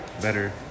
better